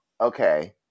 okay